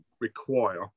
require